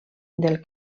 del